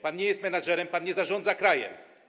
Pan nie jest menedżerem, pan nie zarządza krajem.